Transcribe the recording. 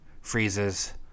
Freeze's